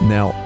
Now